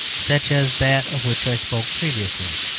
such as that of which i spoke previously.